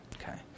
Okay